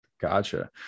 Gotcha